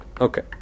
Okay